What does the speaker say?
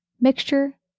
mixture